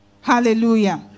hallelujah